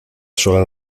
sola